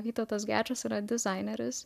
vytautas gečas yra dizaineris